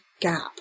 gap